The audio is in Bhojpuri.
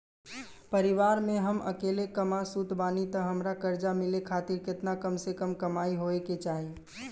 परिवार में हम अकेले कमासुत बानी त हमरा कर्जा मिले खातिर केतना कम से कम कमाई होए के चाही?